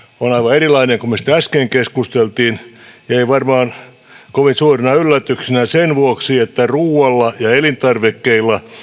erilainen kuin mistä äsken keskusteltiin ja ei varmaan tule kovin suurena yllätyksenä sen vuoksi että ruualla ja elintarvikkeilla